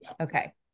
Okay